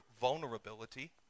vulnerability